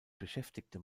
beschäftigte